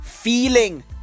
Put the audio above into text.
Feeling